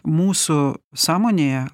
mūsų sąmonėje